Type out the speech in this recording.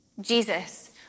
Jesus